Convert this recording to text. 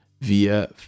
via